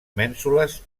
mènsules